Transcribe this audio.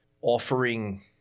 offering